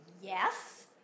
Yes